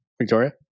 Victoria